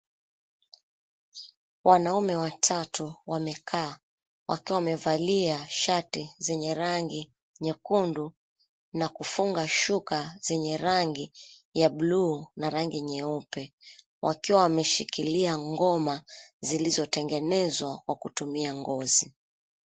Wanaume watatu wamekaa, wakiwa wamevalia shati zenye rangi nyekundu, na kufunga shuka zenye rangi ya buluu na rangi nyeupe. Wakiwa wameshikilia ngoma zilizotengenezwa kwa kutumia ngozi.